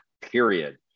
period